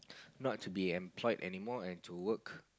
not to employed anymore and to work